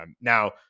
now